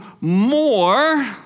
more